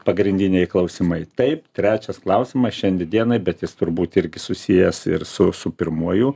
pagrindiniai klausimai taip trečias klausimas šiandien dienai bet jis turbūt irgi susijęs ir su su pirmuoju